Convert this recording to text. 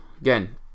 again